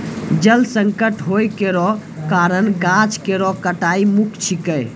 जल संकट होय केरो कारण गाछ केरो कटाई मुख्य छिकै